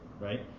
right